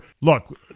Look